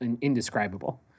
indescribable